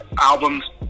albums